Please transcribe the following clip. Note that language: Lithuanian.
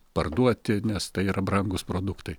parduoti nes tai yra brangūs produktai